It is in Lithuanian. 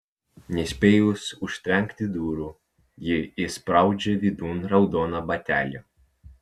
nespėjus užtrenkti durų ji įspraudžia vidun raudoną batelį